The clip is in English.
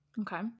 Okay